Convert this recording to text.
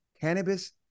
cannabis